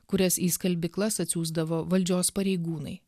kurias į skalbyklas atsiųsdavo valdžios pareigūnai